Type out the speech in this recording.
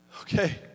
Okay